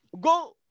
go